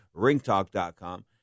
ringtalk.com